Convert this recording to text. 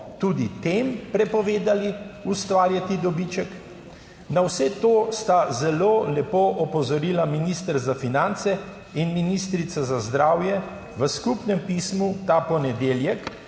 tudi tem prepovedali ustvarjati dobiček? Na vse to sta zelo lepo opozorila minister za finance in ministrica za zdravje v skupnem pismu ta ponedeljek